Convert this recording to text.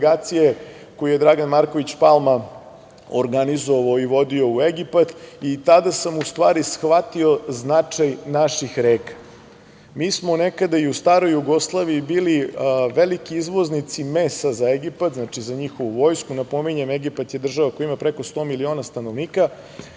koju je Dragan Marković Palma organizovao i vodio u Egipat i tada sam u stvari shvatio značaj naših reka. Mi smo nekada i u staroj Jugoslaviji bili veliki izvoznici mesa za Egipat, znači, za njihovu vojsku. Napominjem Egipat je država koja ima preko 100 miliona stanovnika